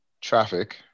traffic